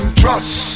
trust